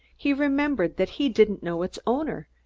he remembered that he didn't know its owner,